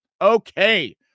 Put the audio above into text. Okay